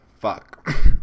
Fuck